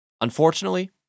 Unfortunately